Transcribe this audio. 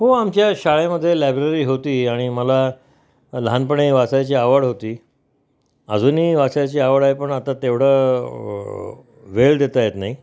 हो आमच्या शाळेमध्ये लायब्ररी होती आणि मला लहानपणी वाचायची आवड होती अजूनही वाचायची आवड आहे पण आता तेवढं वेळ देता येत नाही